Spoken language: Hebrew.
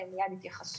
והם מיד יתייחסו.